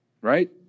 right